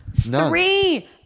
Three